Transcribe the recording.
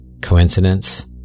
Coincidence